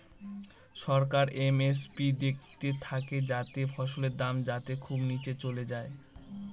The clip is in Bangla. সরকার এম.এস.পি দেখতে থাকে যাতে ফসলের দাম যাতে খুব নীচে চলে যায়